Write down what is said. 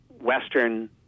Western